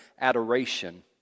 adoration